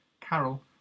Carol